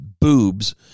boobs